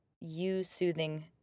you-soothing